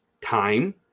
Time